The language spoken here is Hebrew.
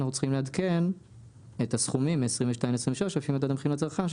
אנחנו צריכים לעדכן את הסכומים מ-2022 ל-2023 לפי מדד המחירים לצרכן,